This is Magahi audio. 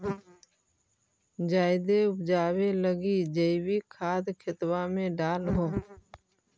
जायदे उपजाबे लगी जैवीक खाद खेतबा मे डाल हो?